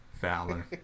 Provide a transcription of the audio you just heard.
Fowler